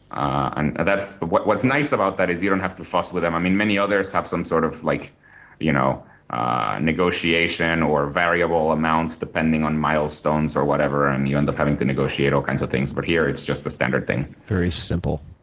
and but what's nice about that is you don't have to fuss with them. i mean, many others have some sort of like you know ah negotiation or variable amount depending on milestones or whatever, and you end up having to negotiate all kinds of things. but here it's just a standard thing. very simple.